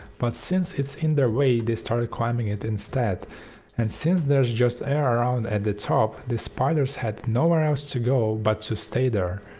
but since it's in their way they started climbing it instead and since there's just air around at the top, the spiders had nowhere else to go but to stay there.